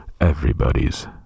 everybody's